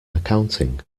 accounting